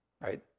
Right